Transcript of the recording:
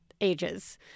ages